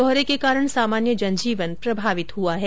कोहरे के कारण सामान्य जनजीवन प्रभावित हुआ है